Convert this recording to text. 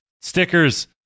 stickers